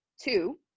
Two